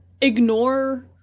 ignore